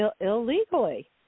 illegally